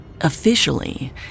Officially